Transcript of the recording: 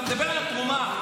אתה מדבר על התרומה.